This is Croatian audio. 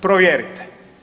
Provjerite.